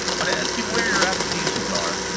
when i ask you where your applications are,